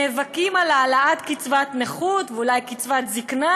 נאבקים על העלאת קצבת נכות ואולי קצבת זקנה,